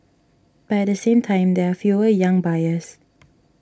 but at the same time there are fewer young buyers